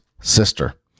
sister